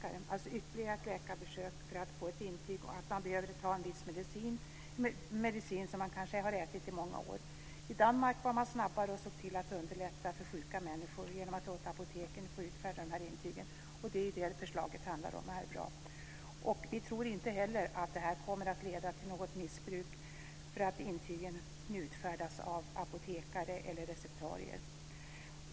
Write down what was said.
Man måste alltså göra ytterligare ett läkarbesök för att få ett intyg om att man behöver ta en viss medicin, en medicin som man kanske har ätit under många år. I Danmark var man snabbare på att se till att underlätta för sjuka människor genom att låta apoteken utfärda dessa intyg. Det är ju det som det här förslaget handlar om, och det är bra. Vi tror inte heller att det kommer att leda till något missbruk bara för att intygen utfärdas av apotekare eller receptarier.